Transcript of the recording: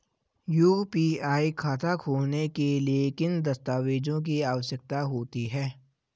UPI खाता खोलने के लिए किन दस्तावेज़ों की आवश्यकता होती है?